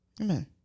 Amen